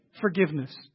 forgiveness